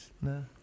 No